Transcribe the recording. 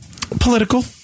Political